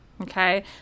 okay